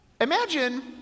Imagine